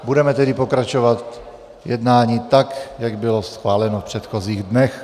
Budeme tedy pokračovat v jednání tak, jak bylo schváleno v předchozích dnech.